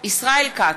ישראל כץ,